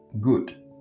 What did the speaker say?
good